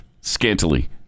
scantily